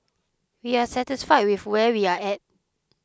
we are satisfied with where we are at